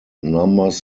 numbers